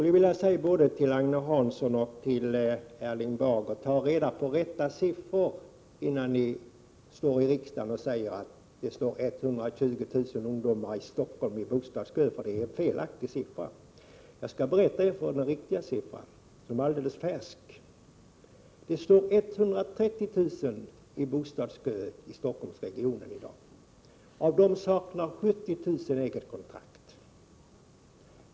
Jag vill till både Agne Hansson och Erling Bager säga: Ta reda på riktiga siffror, innan ni i riksdagen säger att det står 120 000 ungdomar i bostadskö i Stockholm. Detta är en felaktig siffra. Jag skall berätta för er vad den riktiga siffran är, en siffra som är alldeles färsk. Det står 130 000 i bostadskö i Stockholmsregionen i dag. Av dem saknar 70 000 eget kontrakt.